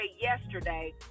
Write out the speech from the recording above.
yesterday